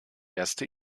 erste